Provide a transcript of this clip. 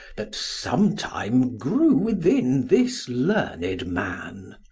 that sometime grew within this learned man.